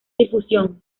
difusión